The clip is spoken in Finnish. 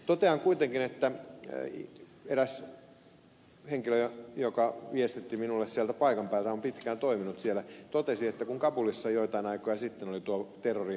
totean kuitenkin että eräs henkilö joka viestitti minulle sieltä paikan päältä on pitkään toiminut siellä totesi että kun kabulissa joitain aikoja sitten oli tuo kerry